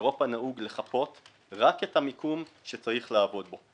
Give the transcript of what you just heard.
באירופה נהוג לחפות רק את המיקום שצריך לעבוד בו.